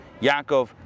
Yaakov